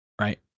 Right